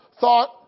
thought